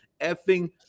Effing